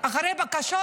אחרי בקשות